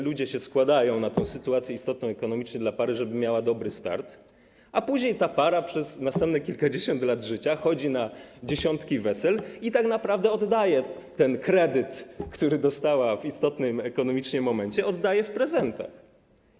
Ludzie się składają w tej sytuacji istotnej ekonomicznie dla pary, żeby miała dobry start, a później ta para przez następne kilkadziesiąt lat życia chodzi na dziesiątki wesel i tak naprawdę ten kredyt, który dostała w istotnym ekonomicznie momencie, oddaje w prezentach.